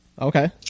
Okay